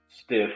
stiff